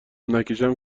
نکشم